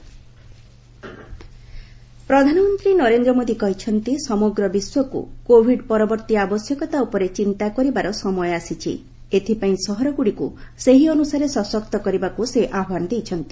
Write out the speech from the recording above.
PM Bloomberg ପ୍ରଧାନମନ୍ତ୍ରୀ ନରେନ୍ଦ୍ର ମୋଦି କହିଛନ୍ତି ସମଗ୍ର ବିଶ୍ୱକୁ କୋଭିଡ୍ ପରବର୍ତୀ ଆବଶ୍ୟକତା ଉପରେ ଚିନ୍ତା କରିବାର ସମୟ ଆସିଛି ଏବଂ ଏଥିପାଇଁ ସହରଗୁଡିକୁ ସେହି ଅନୁସାରେ ସଶକ୍ତ କରିବାକୁ ସେ ଆହ୍ପାନ ଦେଇଛନ୍ତି